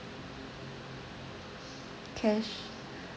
cash